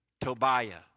Tobiah